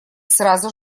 сразу